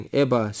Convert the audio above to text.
eba